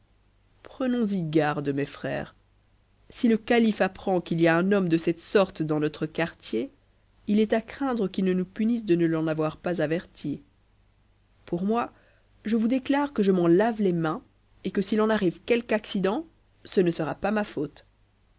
prenons y garde mes frères si le calife apprend qu'il y a un homme de cette sorte dans notre quartier il est à craindre qu'il ue nous punisse de ne l'en avoi pas averti pour moi je vous déclare que je m'en lave les mains et que s'il en arrive quelque accident ce ne sera pas ma faute